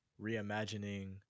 reimagining